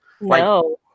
No